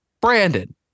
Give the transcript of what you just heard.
Brandon